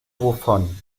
wovon